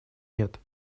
нет